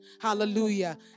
Hallelujah